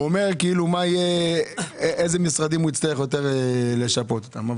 הוא מתלבט אילו משרדים יצטרך לשפות אותם יותר.